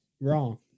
Wrong